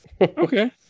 Okay